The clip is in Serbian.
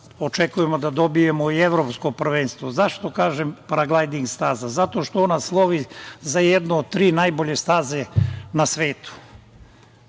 očekujemo da dobijemo i Evropsko prvenstvo.Zašto kažem paraglajding staza? Zato što ona slovi za jednu od tri najbolje staze na svetu.